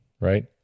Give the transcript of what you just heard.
Right